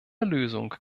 lösung